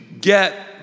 Get